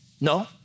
No